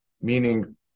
meaning